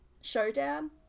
showdown